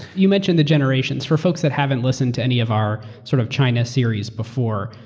you mentioned the generations. for folks that haven't listened to any of our sort of china series before,